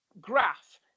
graph